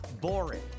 boring